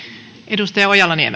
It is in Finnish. arvoisa